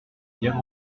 pierre